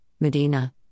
Medina